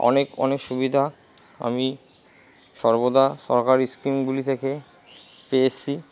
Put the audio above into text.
অনেক অনেক সুবিধা আমি সর্বদা সরকারি স্কিমগুলি থেকে পেয়ে এসসি